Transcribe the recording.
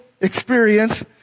experience